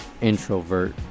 Introvert